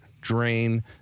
drain